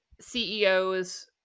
CEOs